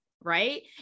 right